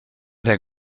der